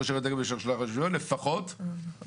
רישיון רכב תקף במשך שלושה חודשים לפחות לפחות